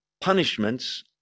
punishments